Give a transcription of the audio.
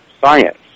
science